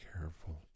careful